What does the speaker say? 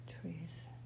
trees